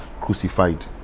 crucified